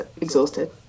exhausted